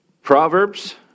Proverbs